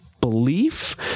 belief